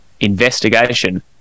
investigation